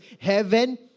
heaven